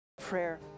prayer